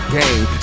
game